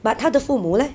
but 他的父母 leh